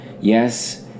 Yes